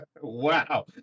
Wow